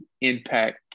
impact